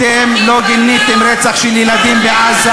אתם לא גיניתם רצח של ילדים בעזה,